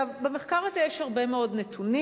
במחקר הזה יש הרבה מאוד נתונים.